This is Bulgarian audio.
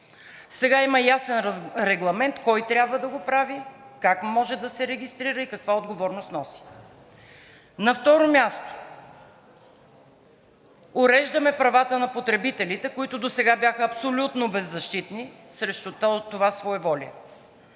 Сега има ясен регламент кой трябва да го прави, как може да се регистрира и каква отговорност носи. На второ място, уреждаме правата на потребителите, които досега бяха абсолютно беззащитни срещу това своеволие.